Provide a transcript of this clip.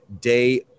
day